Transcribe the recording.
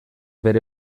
bere